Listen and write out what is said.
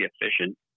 efficient